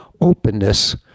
openness